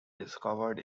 discovered